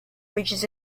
reaches